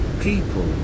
people